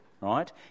Right